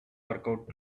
workout